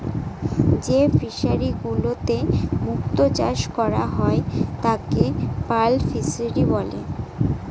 যে ফিশারিগুলোতে মুক্ত চাষ করা হয় তাকে পার্ল ফিসারী বলে